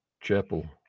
chapel